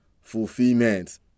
fulfillment